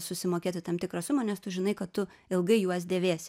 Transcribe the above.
susimokėti tam tikrą sumą nes tu žinai kad tu ilgai juos dėvėsi